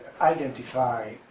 identify